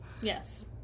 Yes